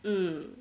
mm